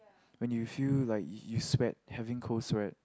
when you feel like you sweat having cold sweat